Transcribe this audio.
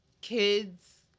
kids